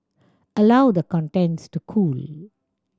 allow the contents to cool